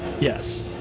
yes